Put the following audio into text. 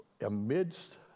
Amidst